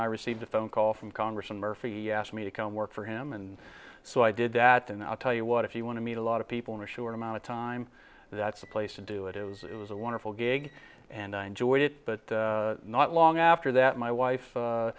i received a phone call from congressman murphy asked me to come work for him and so i did that and i'll tell you what if you want to meet a lot of people in a short amount of time that's the place to do it it was it was a wonderful gig and i enjoyed it but not long after that my wife